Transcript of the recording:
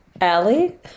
Allie